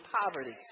poverty